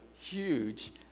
huge